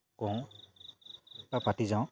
কওঁ বা পাতি যাওঁ